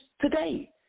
today